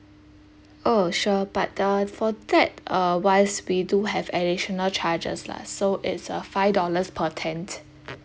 oh sure but uh for that uh wise we do have additional charges lah so it's uh five dollars per tent